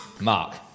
Mark